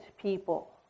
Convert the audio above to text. people